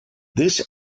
this